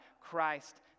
Christ